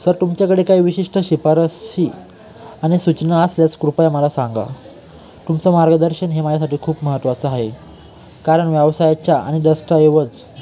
sir तुमच्याकडे काही विशिष्ट शिफारसी आणि सूचना असल्यास कृपया मला सांगा तुमचं मार्गदर्शन हे माझ्यासाठी खूप महत्वाचं आहे कारण व्यवसायाच्या आणि दस्तऐवज